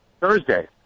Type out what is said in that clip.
Thursday